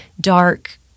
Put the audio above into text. dark